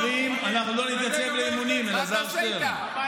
הם אומרים: אנחנו לא נתייצב לאימונים, אלעזר שטרן.